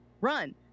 run